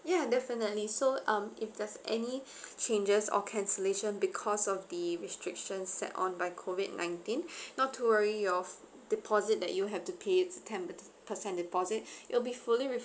ya definitely so um if there's any changes or cancellation because of the restrictions set on by COVID nineteen not to worry your deposit that you have to pay ten per~ percent deposit it'll be fully re~